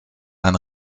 ein